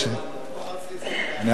בבקשה, כן.